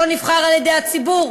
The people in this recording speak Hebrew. שלא נבחר על-ידי הציבור,